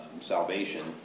salvation